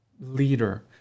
leader